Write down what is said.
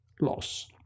loss